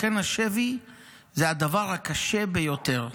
לכן השבי זה הדבר הקשה ביותר.